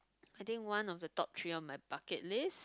I think one of the top three on my bucket list